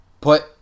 Put